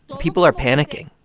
people are panicking.